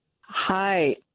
Hi